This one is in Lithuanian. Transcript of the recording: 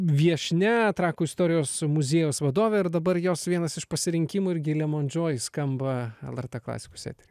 viešnia trakų istorijos muziejaus vadovė ir dabar jos vienas iš pasirinkimų irgi lemon joy skamba lrt klasikos etery